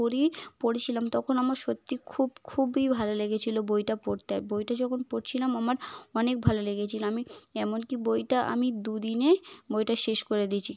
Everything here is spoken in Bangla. পড়ি পড়েছিলাম তখন আমার সত্যি খুব খুবই ভালো লেগেছিল বইটা পড়তে আর বইটা যখন পড়ছিলাম আমার অনেক ভালো লেগেছিল আমি এমনকি বইটা আমি দু দিনে বইটা শেষ করে দিয়েছি